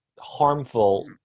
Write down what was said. harmful